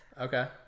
Okay